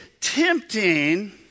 tempting